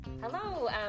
Hello